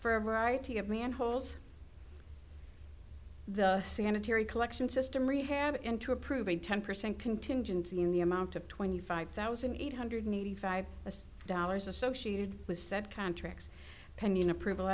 for a variety of manholes the sanitary collection system rehab and to approve a ten percent contingency in the amount of twenty five thousand eight hundred ninety five dollars associated with said contracts pending approval